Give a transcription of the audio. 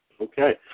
Okay